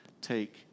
take